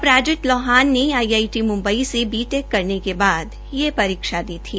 अपराजित लोहान ने आईटीआई मुम्बई से बी टैक करने के बाद यह परीक्षा दी थी